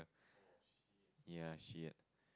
ya she had